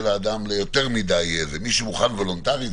האדם ליותר מדי מי שמוכן וולונטרית,